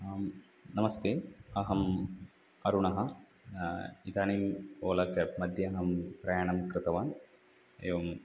आं नमस्ते अहं अरुणः इदानीम् ओला केब् मध्ये अहं प्रयाणं कृतवान् एवं